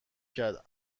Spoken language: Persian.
کرد